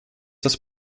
das